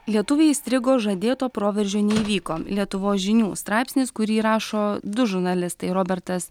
lietuviai įstrigo žadėto proveržio neįvyko lietuvos žinių straipsnis kurį rašo du žurnalistai robertas